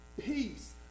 peace